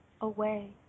away